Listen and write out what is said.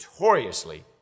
notoriously